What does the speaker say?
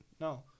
No